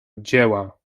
dzieła